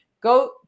Go